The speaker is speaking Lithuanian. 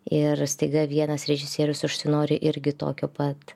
ir staiga vienas režisierius užsinori irgi tokio pat